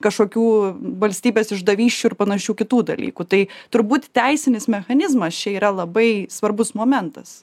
kažkokių valstybės išdavysčių ir panašių kitų dalykų tai turbūt teisinis mechanizmas čia yra labai svarbus momentas